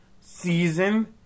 Season